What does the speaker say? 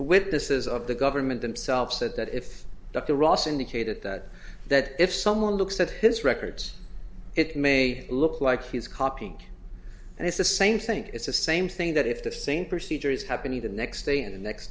the witnesses of the government themselves said that if dr ross indicated that that if someone looks at his records it may look like he's copying and it's the same think it's the same thing that if the same procedure is happening the next day and the next